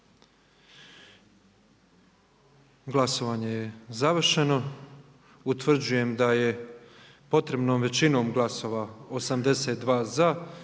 Glasovanje je završeno. Utvrđujem da je većinom glasova, 118 za,